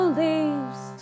leaves